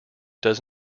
does